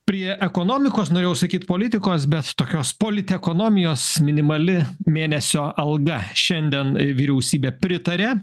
prie ekonomikos norėjau sakyt politikos bet tokios politekonomijos minimali mėnesio alga šiandien vyriausybė pritarė